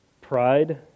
pride